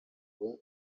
croix